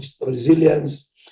resilience